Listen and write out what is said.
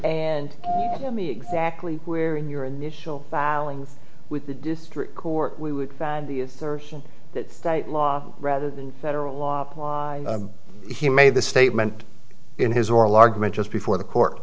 and exactly where in your initial filings with the district court we would find the assertion that state law rather than federal law applies he made the statement in his oral argument just before the court